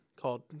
called